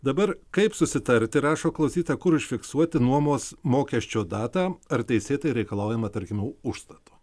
dabar kaip susitarti rašo klausytoja kur užfiksuoti nuomos mokesčio datą ar teisėtai reikalaujama tarkime užstato